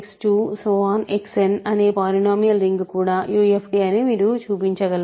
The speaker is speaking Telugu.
Xn అనే పోలినోమీయల్ రింగ్ కూడా UFD అని మీరు చూపించగలరు